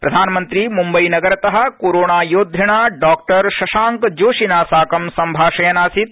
प्रधानमंत्री मुम्बईनगरत कोरोणा यद्रिणा डॉ शशांक जोशिना साकं सम्भाषयन् आसीत